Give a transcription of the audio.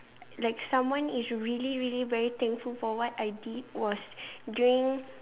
like someone is really really very thankful for what I did was during